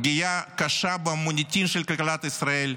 פגיעה קשה במוניטין של כלכלת ישראל,